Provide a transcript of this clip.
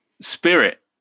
spirit